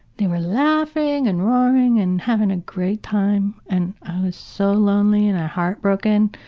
they were laughing and roaring and having a great time, and i was so lonely and heartbroken.